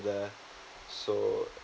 there so